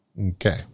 okay